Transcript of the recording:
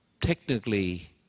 technically